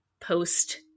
post